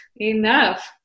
enough